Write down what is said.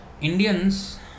Indians